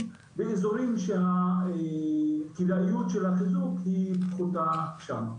באזורים שהכדאיות של החיזוק פחותה שם.